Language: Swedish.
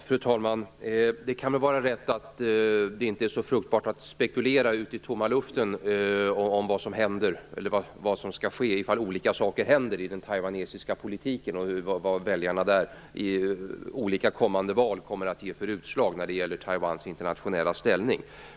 Fru talman! Det är rätt att det inte är så fruktbart att spekulera ut i tomma luften om vad som skall ske ifall olika saker händer i den taiwanesiska politiken och vad det kommer att bli för utslag i olika val när det gäller Taiwans internationella ställning.